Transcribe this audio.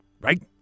right